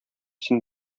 син